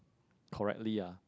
correctly ah